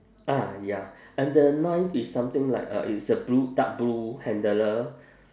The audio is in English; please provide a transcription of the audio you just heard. ah ya and the knife is something like uh it's a blue dark blue handler